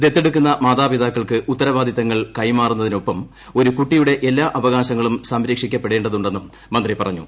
ദത്തെടുക്കുന്ന മാതാപിതാക്കൾക്ക് ഉത്തരവാദിത്തങ്ങൾ കൈമാറുന്നതിനൊപ്പം ഒരു കുട്ടിയുടെ എല്ലാ അവകാശങ്ങളും സംരക്ഷിക്കപ്പെടേതുണ്ടെന്നും മന്ത്രി പറഞ്ഞു